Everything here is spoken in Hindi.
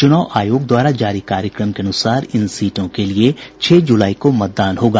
चुनाव आयोग द्वारा जारी कार्यक्रम के अनुसार इन सीटों के लिए छह जुलाई को मतदान होगा